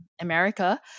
America